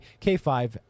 K5